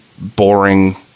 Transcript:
boring